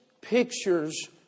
pictures